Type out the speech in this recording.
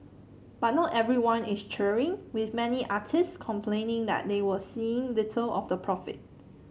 but not everyone is cheering with many artists complaining that they are seeing little of the profit